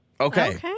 Okay